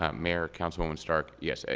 ah mayor councilwoman stark, yes,